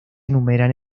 enumeran